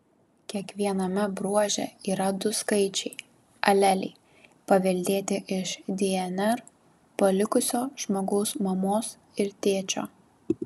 kiekviename bruože yra du skaičiai aleliai paveldėti iš dnr palikusio žmogaus mamos ir tėčio